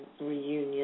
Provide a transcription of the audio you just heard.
reunion